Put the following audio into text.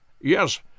Yes